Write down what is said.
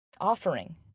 offering